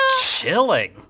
Chilling